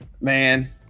Man